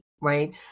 right